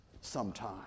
sometime